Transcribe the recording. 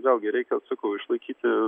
vėlgi reikia sakau išlaikyti